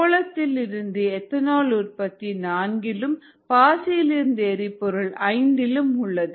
சோளத்தில் இருந்து எத்தனால் உற்பத்தி நான்கிலும் பாசியிலிருந்து எரிபொருள் ஐந்திலும் உள்ளது